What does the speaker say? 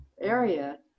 area